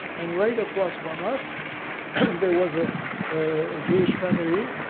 and right across from us and there was a ah jewish family.